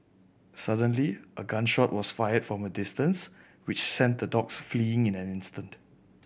suddenly a gun shot was fired from a distance which sent the dogs fleeing in an instant